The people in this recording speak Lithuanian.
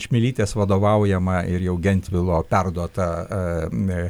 čmilytės vadovaujama ir jau gentvilo perduota